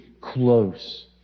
close